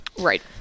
Right